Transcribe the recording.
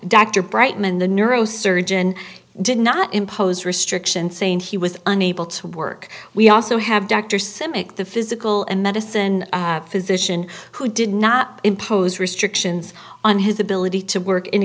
dr brightman the neurosurgeon did not impose restrictions saying he was unable to work we also have dr simic the physical and medicine physician who did not impose restrictions on his ability to work in